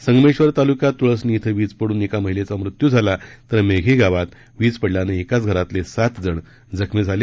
संगमेश्वर ताल्क्यात त्ळसणी इथं वीज पड्न एका महिलेचा मृत्यू झाला तर मेघी गावात वीज पडल्यानं एकाच घरातले सात जण जखमी झाले